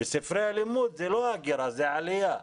בספרי הלימוד, זה לא הגירה, זו עלייה.